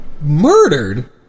Murdered